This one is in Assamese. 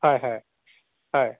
হয় হয় হয়